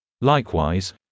Likewise